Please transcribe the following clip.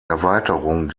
erweiterung